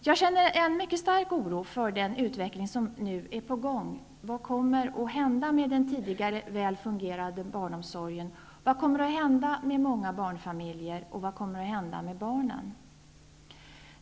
Jag känner en mycket stark oro för den utveckling som nu är på gång. Vad kommer att hända med den tidigare väl fungerande barnomsorgen? Vad kommer att hända med många barnfamiljer? Vad kommer att hända med barnen?